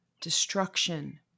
destruction